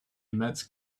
immense